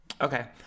Okay